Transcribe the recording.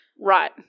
Right